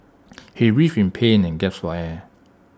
he writhed in pain and gasped for air